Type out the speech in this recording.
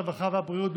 הרווחה והבריאות,